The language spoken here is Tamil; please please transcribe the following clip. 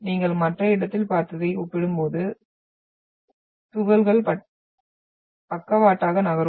நீங்கள் மற்ற இடத்தில் பார்த்ததை ஒப்பிடும்போது துகள்கள் பக்கவாட்டாக நகரும்